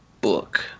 book